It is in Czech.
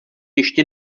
ještě